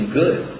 good